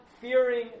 fearing